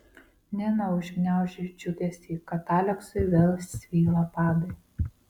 nina užgniaužė džiugesį kad aleksui vėl svyla padai